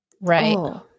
Right